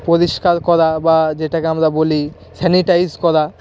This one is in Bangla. পরিষ্কার করা বা যেটাকে আমরা বলি স্যানিটাইজ করা